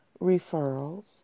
referrals